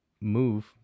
move